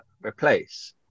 replace